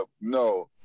No